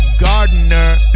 gardener